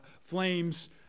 flames